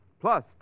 plus